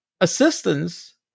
assistance